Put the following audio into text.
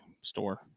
store